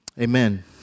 Amen